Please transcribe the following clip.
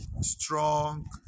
strong